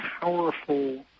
powerful